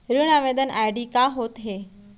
ऋण आवेदन आई.डी का होत हे?